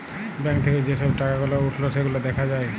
bank থাক্যে যে সব টাকা গুলা উঠল সেগুলা দ্যাখা যায়